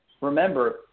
remember